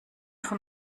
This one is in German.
von